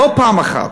לא פעם אחת.